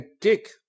dick